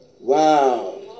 Wow